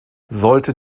sollte